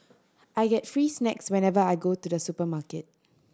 I get free snacks whenever I go to the supermarket